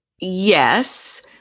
yes